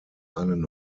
einen